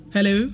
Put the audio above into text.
Hello